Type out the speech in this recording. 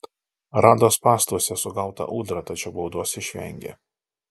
rado spąstuose sugautą ūdrą tačiau baudos išvengė